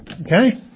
okay